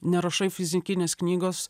nerašai fizikinės knygos